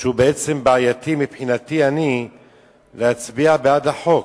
שהוא בעייתי מבחינתי אני להצביע בעד החוק.